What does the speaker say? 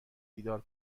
بیدار